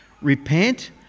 Repent